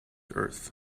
earth